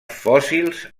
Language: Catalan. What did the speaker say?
fòssils